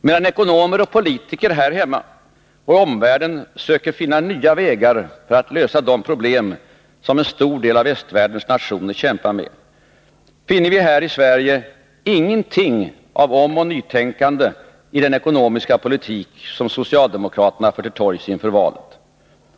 Medan ekonomer och politiker här hemma och i omvärlden söker finna nya vägar för att lösa de problem som en stor del av västvärldens nationer kämpar med, finner vi här i Sverige ingenting av omoch nytänkande i den ekonomiska politik som socialdemokraterna för till torgs inför valet.